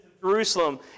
Jerusalem